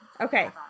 Okay